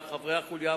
ונווה-אילן.